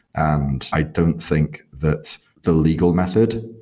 and i don't think that the legal method,